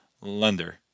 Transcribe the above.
lender